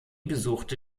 besuchte